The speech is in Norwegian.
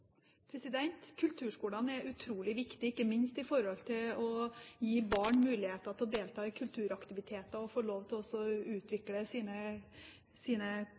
Kulturskolene er utrolig viktige, ikke minst for å gi barn muligheter til å delta i kulturaktiviteter og få lov til å utvikle sine